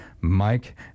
Mike